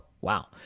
wow